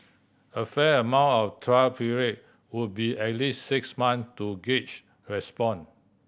a fair amount of trial period would be at least six months to gauge response